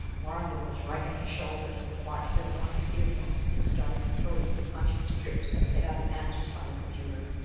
vorongil was right at his shoulder when bart slipped on his earphones and started decoding the punched strips that fed out the answers from the computer.